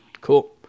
cool